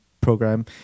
Program